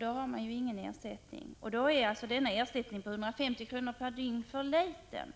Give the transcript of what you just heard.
Då har man ingen ersättning för mistad lön. Därför blir en ersättning på 150 kr. per dygn för liten.